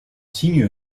signe